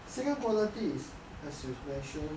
second quality is as you mention